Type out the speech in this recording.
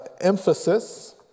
emphasis